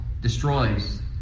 destroys